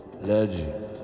Legend